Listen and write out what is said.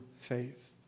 faith